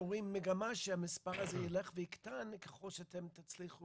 רואים מגמה שהמספר הזה ילך ויקטן ככל שתצליחו